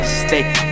stay